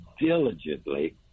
diligently